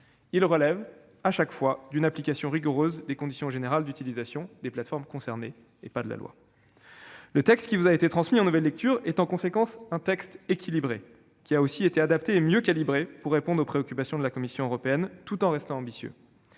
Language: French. Ils relèvent, à chaque fois, d'une application rigoureuse des conditions générales d'utilisation des plateformes concernées, non de la loi. Le texte transmis au Sénat en nouvelle lecture est équilibré : il a été adapté et mieux calibré pour répondre aux préoccupations de la Commission européenne tout en restant ambitieux.